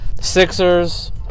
Sixers